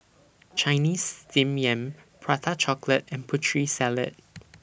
Chinese Steamed Yam Prata Chocolate and Putri Salad